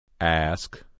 Ask